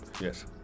yes